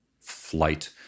flight